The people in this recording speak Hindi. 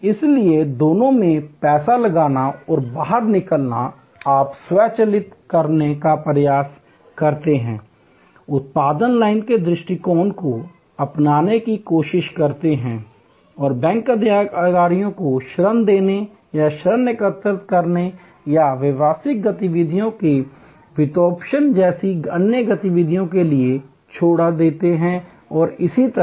इसलिए दोनों में पैसा लगाना और बाहर निकालना आप स्वचालित करने का प्रयास करते हैं उत्पादन लाइन के दृष्टिकोण को अपनाने की कोशिश करते हैं और बैंक अधिकारियों को ऋण देने या ऋण एकत्र करने या व्यावसायिक गतिविधियों के वित्तपोषण जैसे अन्य गतिविधियों के लिए छोड़ देते हैं और इसी तरह